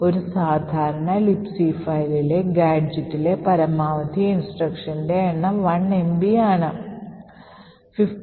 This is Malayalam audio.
ഒരു സാധാരണ Libc ഫയലിലെ ഗാഡ്ജെറ്റിലെ പരമാവധി ഇൻസ്ട്രക്ഷൻ എണ്ണം 1 MB ആണ്